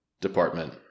department